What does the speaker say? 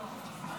מה פתאום.